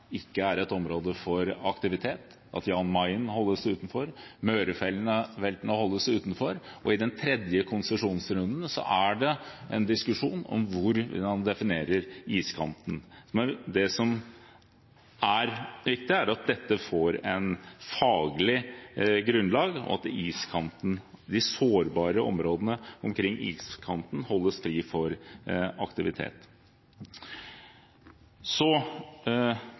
ikke er områder for aktivitet, at Jan Mayen holdes utenfor, at Mørefeltene holdes utenfor, og at det i den tredje konsesjonsrunden blir en diskusjon om hvor man definerer at iskanten går. Det som er viktig, er at dette får et faglig grunnlag og at de sårbare områdene omkring iskanten holdes fri for aktivitet. Det andre er at det er avgjørende at den oljeaktiviteten vi har, er så